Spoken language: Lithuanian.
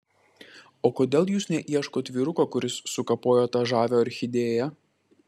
o kodėl jūs neieškot vyruko kuris sukapojo tą žavią orchidėją